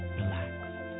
relaxed